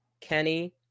kenny